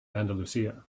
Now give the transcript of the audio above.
andalusia